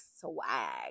swag